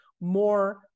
more